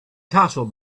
castle